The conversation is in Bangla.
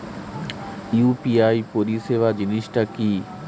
ইউ.পি.আই পরিসেবা জিনিসটা কি?